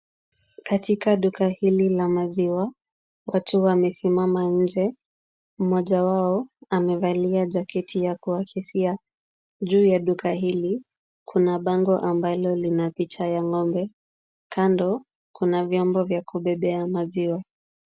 Katika duka hili la maziwa, watu wamesimama nje. Mmoja wao amevalia jaketi ya kuakisia. Juu ya duka hili kuna bango ambalo lina picha ya ng'ombe. Kando kuna vyombo vya kubebea maziwa.